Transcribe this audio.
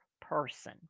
person